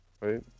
right